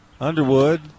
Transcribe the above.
Underwood